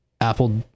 Apple